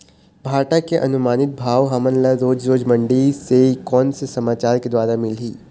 भांटा के अनुमानित भाव हमन ला रोज रोज मंडी से कोन से समाचार के द्वारा मिलही?